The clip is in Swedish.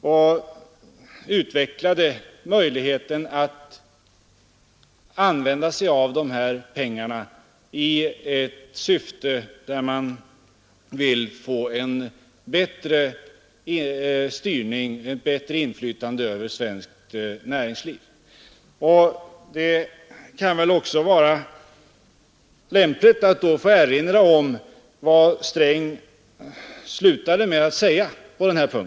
Man enades om att använda AP-pengarna i syfte att få en bättre styrning och ett starkare inflytande över svenskt näringsliv. Och det kan väl också vara lämpligt att här erinra om vad herr Sträng slutade med att säga i den debatten.